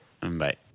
Bye